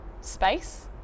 space